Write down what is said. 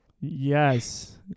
Yes